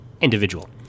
individual